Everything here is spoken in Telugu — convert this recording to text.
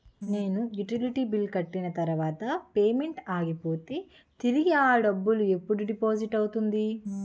నేను యుటిలిటీ బిల్లు కట్టిన తర్వాత పేమెంట్ ఆగిపోతే తిరిగి అ డబ్బు ఎప్పుడు డిపాజిట్ అవుతుంది?